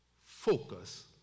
focus